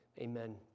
Amen